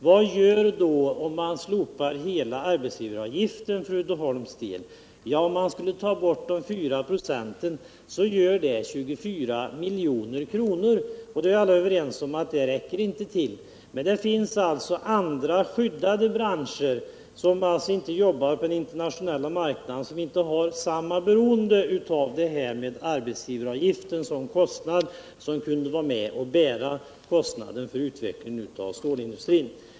Vad gör det då om man slopar hela arbetsgivaravgiften för Uddeholms del? Om man skulle ta bort de 4 procenten, gör det 24 milj.kr. Alla är vi överens om att det inte räcker till. Men det finns andra skyddade branscher, som inte jobbar på den internationella marknaden och som inte är lika beroende av arbetsgivaraygiften som kostnad. De kunde vara med och bära kostnaden för utvecklingen av stålindustrin.